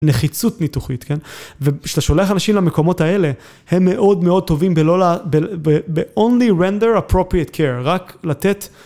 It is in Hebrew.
נחיצות ניתוחית כן, וכשאתה שולח אנשים למקומות האלה הם מאוד מאוד טובים בלא, ב-only render appropriate care, רק לתת